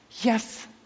Yes